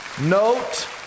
Note